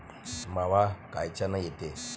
मावा कायच्यानं येते?